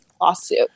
lawsuit